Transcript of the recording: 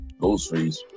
Ghostface